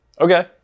okay